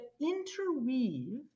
interweave